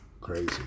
crazy